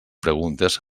preguntes